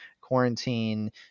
quarantine